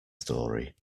story